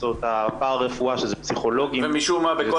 מקצועות הפרא-רפואה שזה פסיכולוגים --- ומשום מה בכל